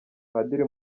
padiri